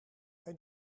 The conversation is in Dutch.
hij